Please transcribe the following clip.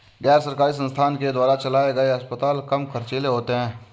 गैर सरकारी संस्थान के द्वारा चलाये गए अस्पताल कम ख़र्चीले होते हैं